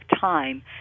time